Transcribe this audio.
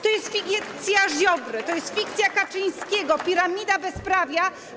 To jest fikcja Ziobry, to jest fikcja Kaczyńskiego, piramida bezprawia.